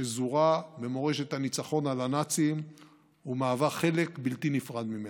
שזורה במורשת הניצחון על הנאצים ומהווה חלק בלתי נפרד ממנה.